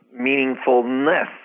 meaningfulness